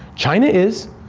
china is.